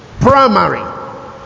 primary